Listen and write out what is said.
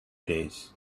days